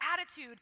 attitude